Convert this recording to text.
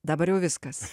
dabar jau viskas